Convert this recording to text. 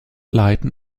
leiten